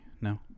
No